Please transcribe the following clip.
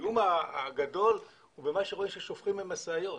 הזיהום הגדול זה ממה ששופכים ממשאיות.